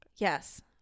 Yes